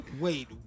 Wait